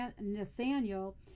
Nathaniel